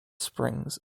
springs